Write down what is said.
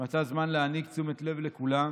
מצא זמן להעניק תשומת לב לכולם,